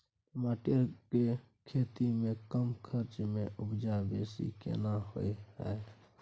टमाटर के खेती में कम खर्च में उपजा बेसी केना होय है?